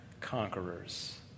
conquerors